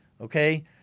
Okay